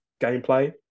gameplay